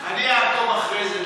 אני אעקוב אחרי זה.